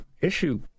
issue